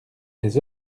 des